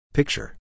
Picture